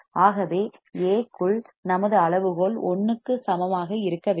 ஆகவே A க்குள் நமது அளவுகோல் 1 க்கு சமமாக இருக்க வேண்டும்